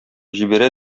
җибәрә